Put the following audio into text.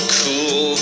cool